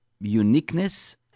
uniqueness